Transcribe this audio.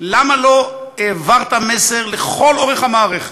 למה לא העברת מסר לכל אורך המערכת,